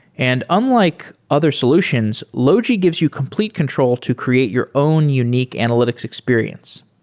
and unlike other solutions, logi gives you complete control to create your own unique analytics experience.